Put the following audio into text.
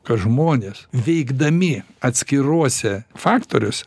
kad žmonės veikdami atskiruose faktoriuose